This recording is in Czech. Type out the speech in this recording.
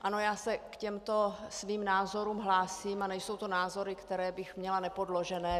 Ano, já se k těmto svým názorům hlásím a nejsou to názory, které bych měla nepodložené.